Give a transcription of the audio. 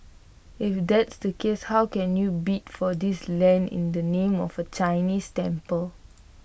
if that's the case how can you bid for this land in the name of A Chinese temple